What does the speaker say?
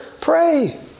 pray